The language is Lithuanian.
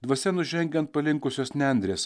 dvasia nužengia ant palinkusios nendrės